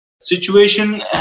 Situation